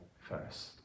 first